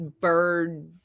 bird